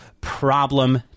problem